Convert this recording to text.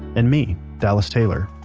and me, dallas taylor.